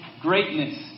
greatness